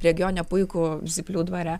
regione puikų zyplių dvare